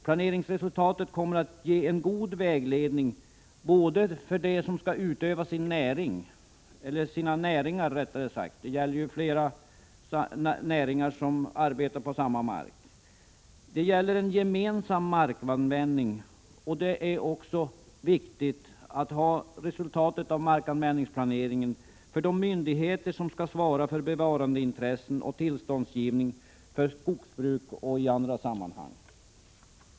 Planeringsresultatet kommer att ge en god vägledning för dem som skall utöva sina näringar i en gemensam markanvändning och även för de myndigheter som skall svara för bevarandeintressen och tillståndsgivning för skogsbruk och i andra sammanhang.